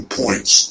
points